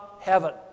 heaven